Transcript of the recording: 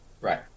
Right